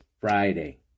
Friday